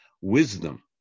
wisdom